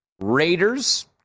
Raiders